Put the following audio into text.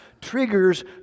triggers